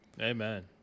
Amen